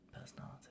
personality